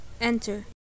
enter